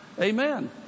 Amen